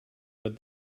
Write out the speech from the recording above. but